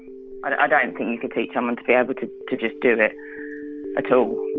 i don't think you could teach someone to be able to to just do it at so